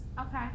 Okay